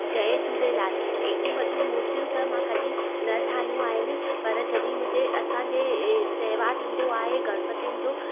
जय झूलेलाल एॾियूं वॾियूं मूर्तियूं त मां कॾहिं न ठाहियूं आहिनि पर जॾहिं मुंहिंजे असांजे त्योहारु ईंदो आहे गणपतिन जो